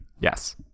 Yes